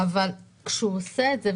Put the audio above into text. אבל כשהוא עושה את זה,